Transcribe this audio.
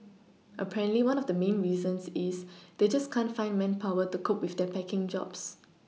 apparently one of the main reasons is they just can't find manpower to cope with their packing jobs